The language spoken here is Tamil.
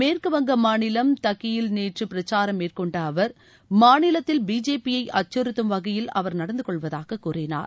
மேற்குவங்க மாநிலம் டக்கியில் நேற்று பிரச்சாரம் மேற்கொண்ட அவர் மாநிலத்தில் பிஜேபியை அச்சுறுத்தும் வகையில் அவர் நடந்தகொள்வதாக கூறினார்